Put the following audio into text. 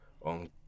on